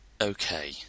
Okay